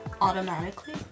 automatically